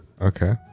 Okay